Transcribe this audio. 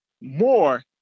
more